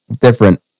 different